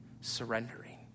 surrendering